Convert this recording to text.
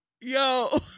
yo